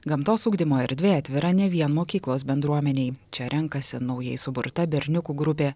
gamtos ugdymo erdvė atvira ne vien mokyklos bendruomenei čia renkasi naujai suburta berniukų grupė